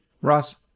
Ross